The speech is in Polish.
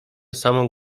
samą